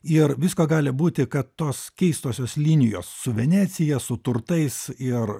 ir visko gali būti kad tos keistosios linijos su venecija su turtais ir